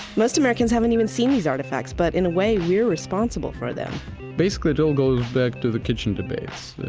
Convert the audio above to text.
most americans haven't even seen these artifacts, but in a way, we're responsible for them basically, it all goes back to the kitchen debates.